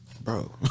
bro